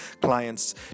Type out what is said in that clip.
clients